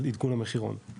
על עדכון המחירון,